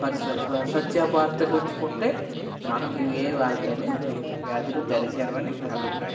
స్వచ్ఛభారత్గా ఉంచుకుంటే మనకు ఏ వ్యాధి అనేది వ్యాధులు దరి చేరవని అభిప్రాయం